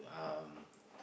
um